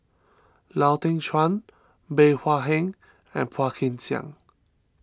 Lau Teng Chuan Bey Hua Heng and Phua Kin Siang